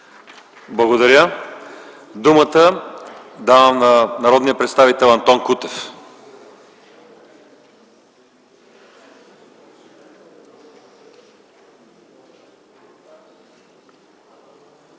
Благодаря. Давам думата на народния представител Антон Кутев.